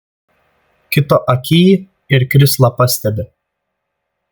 kito akyj ir krislą pastebi